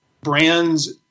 brands